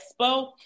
expo